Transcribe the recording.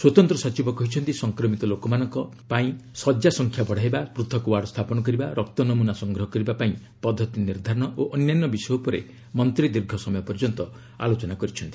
ସ୍ୱତନ୍ତ୍ର ସଚିବ କହିଛନ୍ତି ସଂକ୍ରମିତ ଲୋକମାନଙ୍କ ପାଇଁଫ ଶଯ୍ୟା ସଂଖ୍ୟା ବଢ଼ାଇବା ପୃଥକ ୱାର୍ଡ ସ୍ଥାପନ କରିବା ରକ୍ତ ନମୁନା ସଂଗ୍ରହ କରିବା ପାଇଁ ପଦ୍ଧତି ନିର୍ଦ୍ଧାରଣ ଓ ଅନ୍ୟାନ୍ୟ ବିଷୟ ଉପରେ ମନ୍ତ୍ରୀ ଦୀର୍ଘ ସମୟ ପର୍ଯ୍ୟନ୍ତ ଆଲୋଚନା କରିଛନ୍ତି